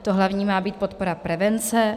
To hlavní má být podpora prevence.